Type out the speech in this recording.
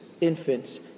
infants